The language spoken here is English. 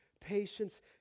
patience